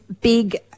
big